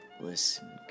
Listen